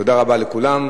תודה רבה לכולם.